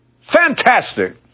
Fantastic